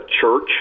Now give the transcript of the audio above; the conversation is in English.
church